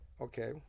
okay